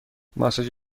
ماساژ